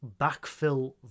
backfill